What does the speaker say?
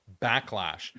backlash